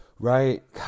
Right